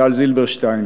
טל זילברשטיין,